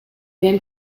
then